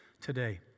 today